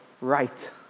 right